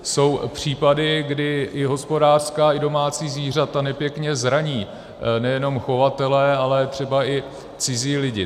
Jsou případy, kdy i hospodářská i domácí zvířata nepěkně zraní nejenom chovatele, ale třeba i cizí lidi.